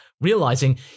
realizing